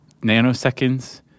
nanoseconds